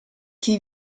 chi